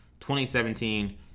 2017